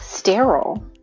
sterile